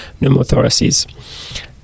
pneumothoraces